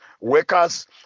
workers